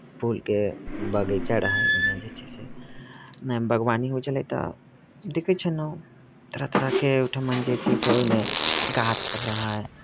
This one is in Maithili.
फूलके बगीचा रहय ओहिमे जे छै से मेन बागवानी होइत छलै तऽ देखैत छलहुँ तरह तरहके ओहिठमा जे छै से ओहिमे गाछसभ रहय